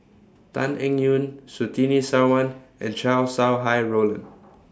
Tan Eng Yoon Surtini Sarwan and Chow Sau Hai Road